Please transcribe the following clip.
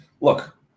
look